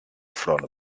front